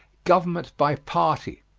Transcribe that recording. government by party.